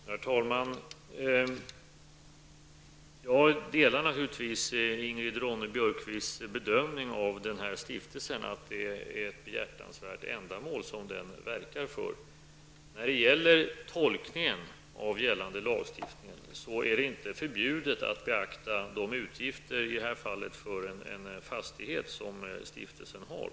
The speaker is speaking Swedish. Herr talman! Jag instämmer naturligtvis i Ingrid Ronne-Björkqvists bedömning att den här stiftelsen verkar för ett behjärtansvärt ändamål. När det gäller tolkningen av gällande lagstiftning är det inte förbjudet att beakta de utgifter -- i det här fallet för en fastighet -- som stiftelsen har.